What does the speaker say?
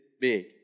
big